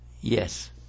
yes